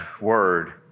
word